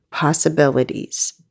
possibilities